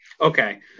Okay